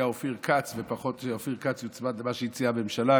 אופיר כץ ופחות שאופיר כץ יוצמד למה שהציעה הממשלה,